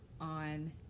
on